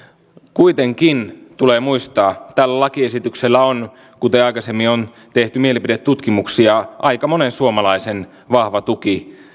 kuitenkin tulee muistaa että tällä lakiesityksellä on kuten aikaisemmin on tehty mielipidetutkimuksia aika monen suomalaisen vahva tuki